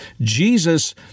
Jesus